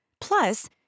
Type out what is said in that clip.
Plus